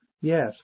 Yes